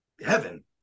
Heaven